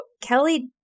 Kelly